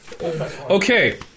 Okay